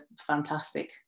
fantastic